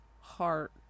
heart